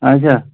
اچھا